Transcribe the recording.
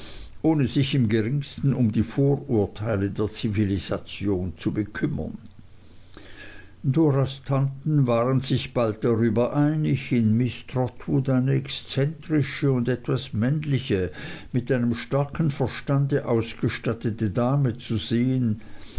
ohne sich im geringsten um die vorurteile der zivilisation zu bekümmern doras tanten waren sich bald darüber einig in miß trotwood eine exzentrische und etwas männliche mit einem starken verstande ausgestattete dame zu sehen